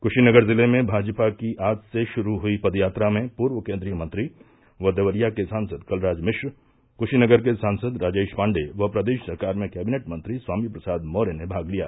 कशीनगर जिले में भाजपा की आज से शुरू हई पदयात्रा में पूर्व केन्द्रीय मंत्री व देवरिया के सांसद कलराज मिश्र क्शीनगर के सांसद राजेश पांडेय व प्रदेश सरकार में कैबिनेट मंत्री स्वामी प्रसाद मौर्य ने भाग लिया